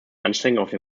anstrengungen